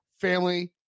family